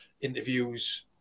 interviews